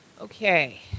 Okay